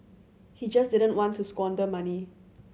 he just didn't want to squander money